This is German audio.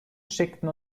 schickten